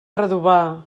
redovà